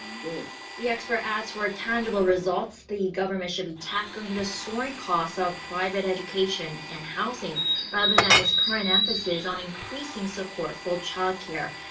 the the expert adds that for tangible results the government should be tackling the soaring costs of private education and housing rather than its current emphasis on increasing support for childcare.